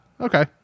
okay